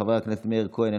חבר הכנסת מאיר כהן,